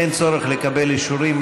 אין צורך לקבל אישורים,